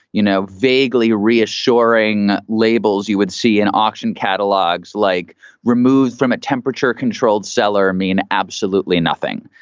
you know, vaguely re-assuring labels you would see in auction catalogues like removed from a temperature controlled seller mean absolutely nothing.